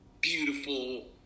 beautiful